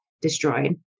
destroyed